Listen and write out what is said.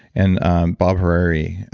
and bob horary,